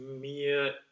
Mir